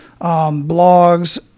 blogs